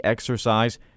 Exercise